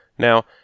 Now